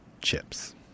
chips